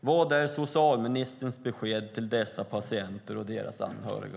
Vad är socialministerns besked till dessa patienter och deras anhöriga?